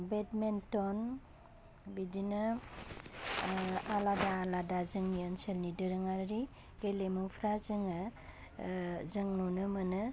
badminton बिदिनो आलादा आलादा जोंनि ओनसोलनि दोरोङारि गेलेमुफ्रा जोङो जों नुनो मोनो